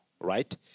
right